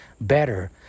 better